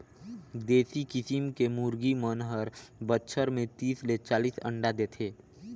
देसी किसम के मुरगी मन हर बच्छर में तीस ले चालीस अंडा देथे